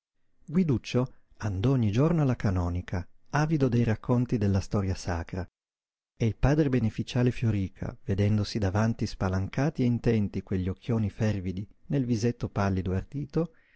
raccontino guiduccio andò ogni giorno alla canonica avido dei racconti della storia sacra e il padre beneficiale fioríca vedendosi davanti spalancati e intenti quegli occhioni fervidi nel visetto pallido e ardito